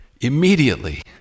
immediately